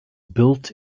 built